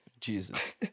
jesus